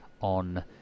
on